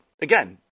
again